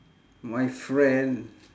my friend